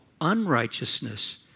unrighteousness